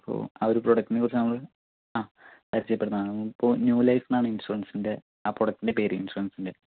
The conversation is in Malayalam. അപ്പോൾ ആ ഒരു പ്രോഡക്റ്റിനെ ക്കുറിച്ച് നമ്മള് ആ പരിചയപ്പെട്ത്താൻ വേണ്ടി ഇപ്പോൾ ന്യൂ ലൈഫ് എന്നാണ് ഇൻഷൂറൻസിൻ്റെ ആ പ്രൊഡക്റ്റിൻ്റെ പേര് ഇൻഷൂറൻസിൻ്റെ